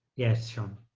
yes, sean.